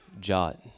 jot